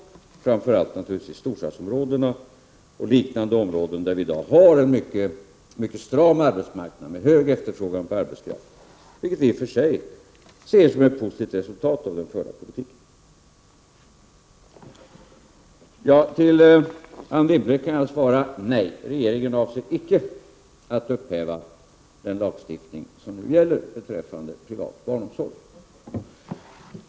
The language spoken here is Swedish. Det gäller naturligtvis framför allt i storstadsområdena och i liknande områden, där vi i dag har en mycket stram arbetsmarknad med hög efterfrågan på arbetskraft, vilket i och för sig ses som ett positivt resultat av den förda politiken. Till Anne Wibble kan jag svara: Nej, regeringen avser icke att upphäva den lagstiftning som nu gäller beträffande privat barnomsorg.